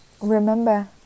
Remember